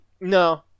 No